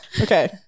Okay